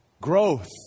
growth